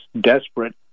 desperate